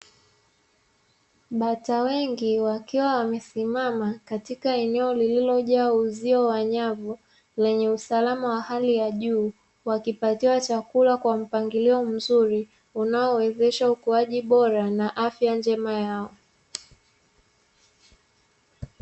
Bata wengi wakiwa wamesimama katika eneo lililojaa uzio wa nyavu lenye usalama wa hali ya juu, wakipatiwa chakula kwa mpangilio mzuri unaowezesha ukuaji bora na afya njema yao.